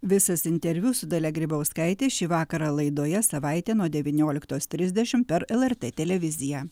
visas interviu su dalia grybauskaitė šį vakarą laidoje savaitė nuo devynioliktos trisdešim per lrt televiziją